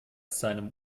seinem